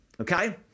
Okay